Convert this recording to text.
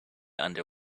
under